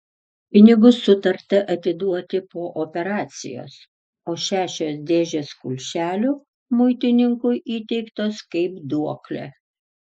pinigus sutarta atiduoti po operacijos o šešios dėžės kulšelių muitininkui įteiktos kaip duoklė